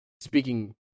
speaking